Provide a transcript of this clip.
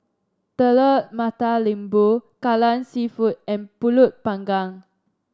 Telur Mata Lembu Kai Lan seafood and pulut panggang